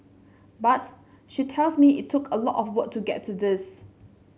but she tells me it took a lot of work to get to this